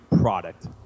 product